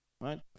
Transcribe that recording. right